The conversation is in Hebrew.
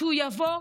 שהוא יבוא?